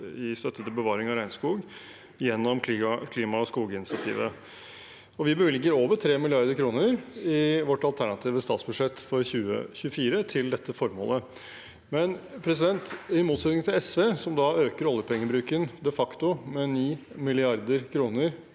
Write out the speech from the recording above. i støtte til bevaring av regnskog, gjennom klima- og skoginitiativet. Vi bevilger over 3 mrd. kr i vårt alternative statsbudsjett for 2024 til dette formålet. Men i motsetning til SV, som øker oljepengebruken de facto med 9 mrd. kr